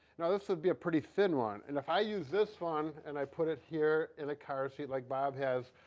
now this would be a pretty thin one and if i use this one and i put it here in a car seat like bob has,